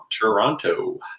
Toronto